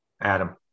Adam